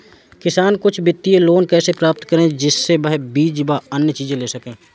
किसान कुछ वित्तीय लोन कैसे प्राप्त करें जिससे वह बीज व अन्य चीज ले सके?